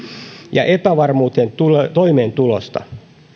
ja epävarmuuteen toimeentulosta